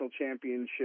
championship